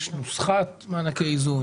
יש נוסחת מענקי איזון,